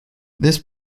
this